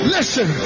Listen